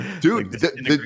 dude